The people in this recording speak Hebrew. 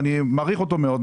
אני מעריך אותו מאוד,